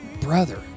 brother